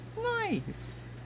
Nice